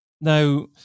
Now